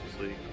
League